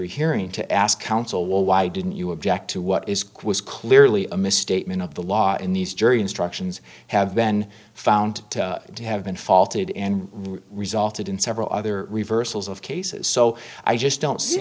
hearing to ask counsel well why didn't you object to what is quiz clearly a misstatement of the law in these jury instructions have been found to have been faulted and resulted in several other reversals of cases so i just don't see